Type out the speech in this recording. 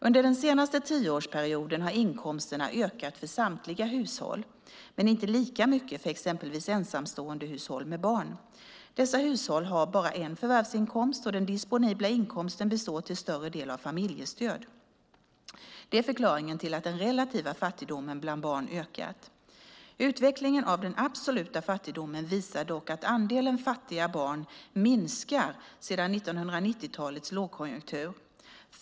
Under den senaste tioårsperioden har inkomsterna ökat för samtliga hushåll, men inte lika mycket för exempelvis ensamståendehushåll med barn. Dessa hushåll har bara en förvärvsinkomst, och den disponibla inkomsten består till större del av familjestöd. Det är förklaringen till att den relativa fattigdomen bland barn ökat. Utvecklingen av den absoluta fattigdomen visar dock att andelen fattiga barn minskar sedan 1990-talets lågkonjunktur.